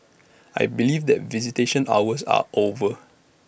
I believe that visitation hours are over